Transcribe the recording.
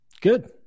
Good